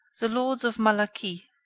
the lords of malaquis,